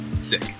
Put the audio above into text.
sick